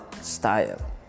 style